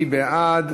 מי בעד?